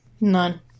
none